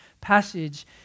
passage